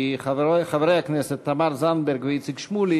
כי חברי הכנסת תמר זנדברג ואיציק שמולי